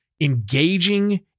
engaging